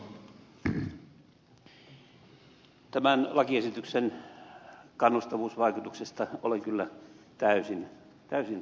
tämän lakiesityksen kannustavuusvaikutuksesta olen kyllä täysin eri mieltä